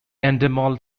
endemol